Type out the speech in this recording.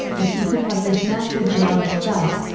if he could hug this master jiang's thighs,